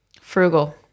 Frugal